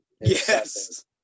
Yes